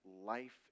life